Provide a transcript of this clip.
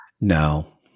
No